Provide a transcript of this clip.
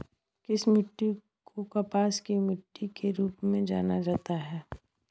किस मिट्टी को कपास की मिट्टी के रूप में जाना जाता है?